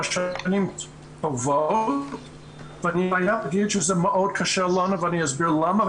שנים --- אני חייב להגיד שזה מאוד קשה לנו ואסביר למה,